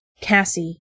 Cassie